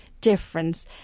difference